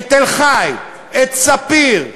את תל-חי, את ספיר,